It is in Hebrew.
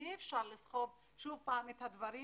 ואי אפשר לסחוב את הדברים,